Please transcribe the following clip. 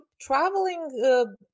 traveling